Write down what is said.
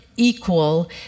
Equal